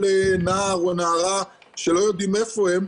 כל נער או נערה שלא יודעים איפה הם,